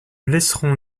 laisserons